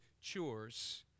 chores